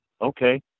Okay